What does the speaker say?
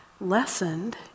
lessened